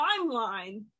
timeline